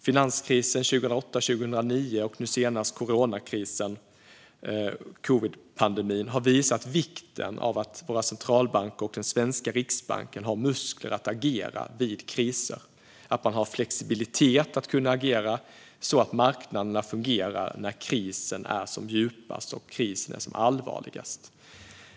Finanskrisen 2008-2009 och nu senast coronakrisen - covidpandemin - har visat vikten av att våra centralbanker, såsom den svenska Riksbanken, har muskler att agera vid kriser och har flexibilitet att agera så att marknaderna fungerar när krisen är som djupast och allvarligast.